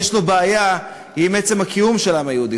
יש לו בעיה עם עצם הקיום של העם היהודי.